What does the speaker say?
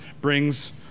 brings